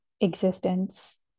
existence